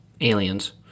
Aliens